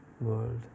world